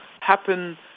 happen